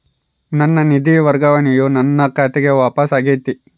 ನನ್ನ ನಿಧಿ ವರ್ಗಾವಣೆಯು ನನ್ನ ಖಾತೆಗೆ ವಾಪಸ್ ಆಗೈತಿ